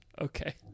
okay